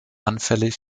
anfällig